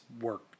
work